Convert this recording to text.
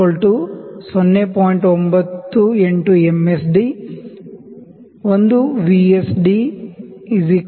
98 M S D 1 V S D 0